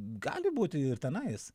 gali būti ir tenais